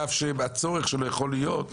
על אף שהצורך שלו יכול להיות,